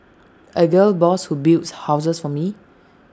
A gal boss who builds houses for me